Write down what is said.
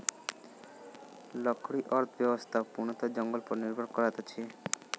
लकड़ी अर्थव्यवस्था पूर्णतः जंगल पर निर्भर करैत अछि